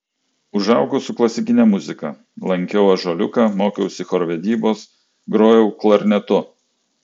užaugau su klasikine muzika lankiau ąžuoliuką mokiausi chorvedybos grojau klarnetu